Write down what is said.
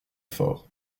fort